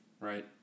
right